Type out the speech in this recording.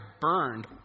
burned